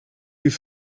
die